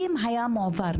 אם היה מועבר,